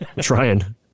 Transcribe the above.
trying